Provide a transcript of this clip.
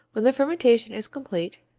when the fermentation is complete,